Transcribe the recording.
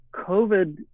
COVID